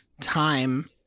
time